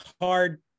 hard